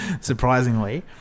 Surprisingly